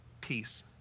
peace